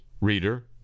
reader